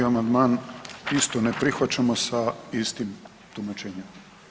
2. amandman isto ne prihvaćamo sa istim tumačenjem.